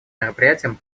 мероприятием